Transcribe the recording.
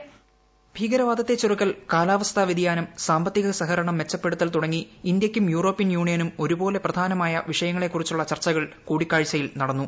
voice ഭീകരവാദത്തെ ചെറുക്കൽ കാലാവസ്ഥാ വൃതിയാനം സാമ്പത്തിക സഹകരണം മെച്ചപ്പെടുത്തൽ തുടങ്ങി ഇന്ത്യയ്ക്കും യൂറോപ്യൻ യൂണിയനും ഒരുപോലെ പ്രധാനമായ വിഷയങ്ങളെക്കുറിച്ചുള്ള ചർച്ചകൾ കൂടിക്കാഴ്ചയിൽ നടന്നു